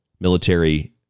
military